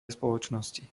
spoločnosti